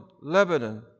Lebanon